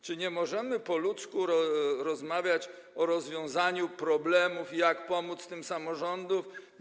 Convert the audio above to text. Czy nie możemy po ludzku rozmawiać o rozwiązaniu problemów, o tym, jak pomóc tym samorządom?